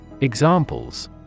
Examples